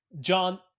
John